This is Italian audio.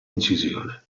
incisione